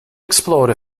explode